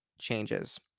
changes